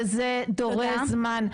וזה דורש זמן.